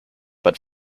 but